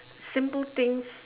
simple things